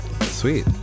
Sweet